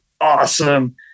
awesome